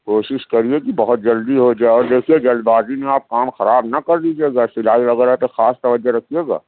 کوشش کریے کہ بہت جلدی ہو جائے اور دیکھیے جلد بازی میں آپ کام خراب نہ کر دیجیے گا سلائی وغیرہ پہ خاص توجہ رکھیے گا